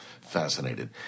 fascinated